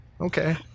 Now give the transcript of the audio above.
Okay